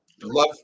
Love